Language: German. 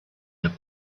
der